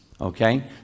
okay